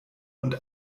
und